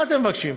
מה אתם מבקשים?